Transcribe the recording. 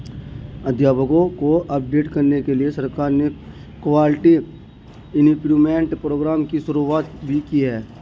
अध्यापकों को अपडेट करने के लिए सरकार ने क्वालिटी इम्प्रूव्मन्ट प्रोग्राम की शुरुआत भी की है